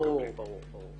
ברור, ברור.